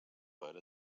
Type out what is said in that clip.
per